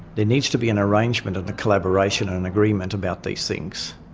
there needs to be an arrangement and a collaboration and an agreement about these things,